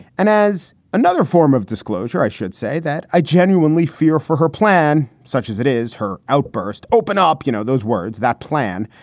and as another form of disclosure, i should say that i genuinely fear for her plan, such as it is her outburst. open up. you know, those words that plan.